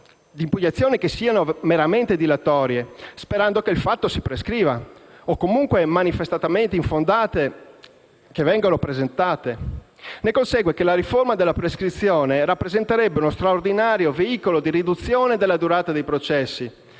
di impugnazioni meramente dilatorie sperando che il fatto si prescriva o, comunque, manifestamente infondate che vengono presentate. Ne consegue che la riforma della prescrizione rappresenterebbe uno straordinario veicolo di riduzione della durata dei processi,